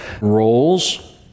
roles